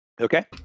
Okay